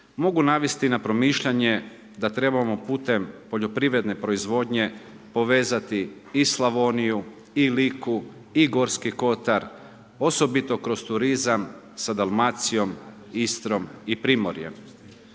mogu navesti na promišljanje da trebamo putem poljoprivredne proizvodnje povezati i Slavoniju i Liku i Gorski kotar, osobito kroz turizam sa Dalmacijom, Istrom i Primorjem?